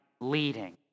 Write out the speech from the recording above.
leading